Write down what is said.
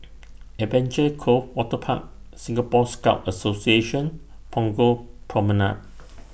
Adventure Cove Waterpark Singapore Scout Association Punggol Promenade